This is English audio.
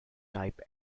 type